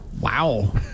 wow